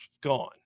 gone